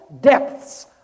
depths